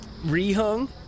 re-hung